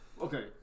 Okay